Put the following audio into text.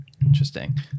Interesting